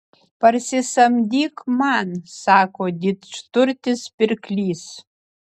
parsisamdyk man sako didžturtis pirklys